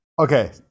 Okay